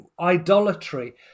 idolatry